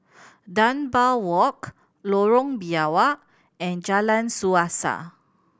Dunbar Walk Lorong Biawak and Jalan Suasa